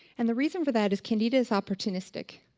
and the reason for that is candida is opportunistic.